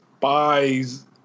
buys